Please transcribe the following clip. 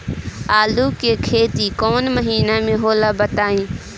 आलू के खेती कौन महीना में होला बताई?